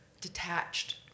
detached